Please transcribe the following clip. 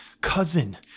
cousin